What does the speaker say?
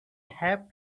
have